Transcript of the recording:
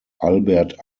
albert